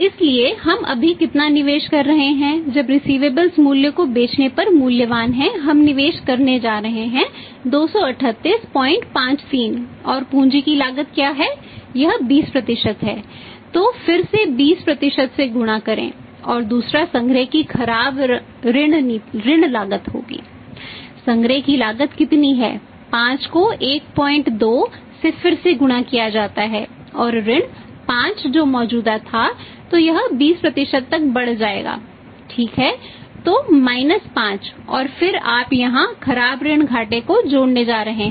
इसलिए हम अभी कितना निवेश कर रहे हैं जब रिसिवेबलस 5 और फिर आप यहां खराब ऋण घाटे को जोड़ने जा रहे हैं